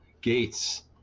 Gates